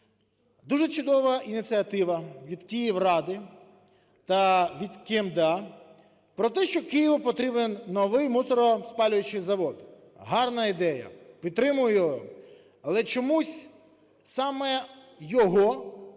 Дуже чудова ініціатива від Київради та від КМДА про те, що Києву потрібен новий мусороспалюючий завод, гарна ідея, підтримую. Але чомусь саме його